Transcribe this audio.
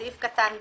סעיף קטן (ב)